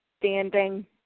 standing